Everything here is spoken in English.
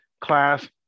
class